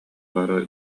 бары